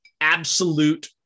absolute